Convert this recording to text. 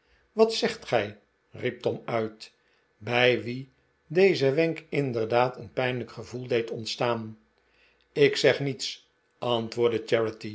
wat zegt gij riep tom uit bij wien deze wenk inderdaad een pijnlijk gevoel deed ontstaan ik zeg niets antwoordde